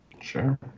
sure